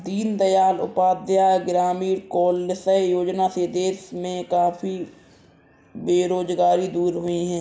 दीन दयाल उपाध्याय ग्रामीण कौशल्य योजना से देश में काफी बेरोजगारी दूर हुई है